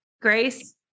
Grace